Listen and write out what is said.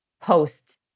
post